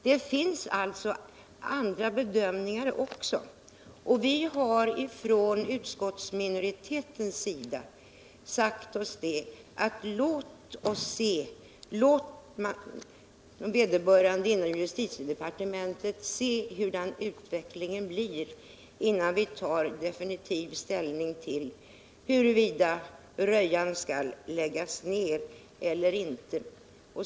Det finns alltså andra bedömningar också, och vi som tillhör minoriteten i utskottet har sagt: Låt vederbörande inom justitiedepartementet se hurdan utvecklingen blir, innan det tas definitiv ställning till huruvida Rödjan skall läggas ner eller inte.